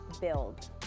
build